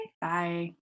Bye